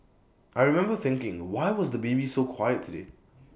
I remember thinking why was the baby so quiet today